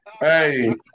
Hey